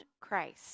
Christ